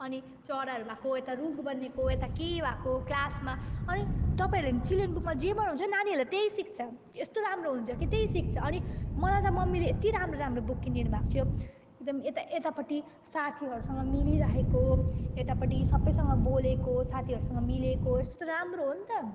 अनि चराहरू भएको यता रुख बनिएको यता के भएको क्लासमा अनि तपाईँहरू चिल्ड्रेन बुकमा जे बनाउँछ नि नानीहरूलाई त्यही सिक्छ त्यस्तो राम्रो हुन्छ कि त्यही सिक्छ अनि मलाई त मम्मीले यति राम्रो राम्रो बुक किनिदिनु भएको थियो एकदम यता यतापट्टि साथीहरूसँग मिलिरहेको यतापट्टि सबैसँग बोलेको साथीहरूसँग मिलेको यस्तो त राम्रो हो नि त